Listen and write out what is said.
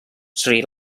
sri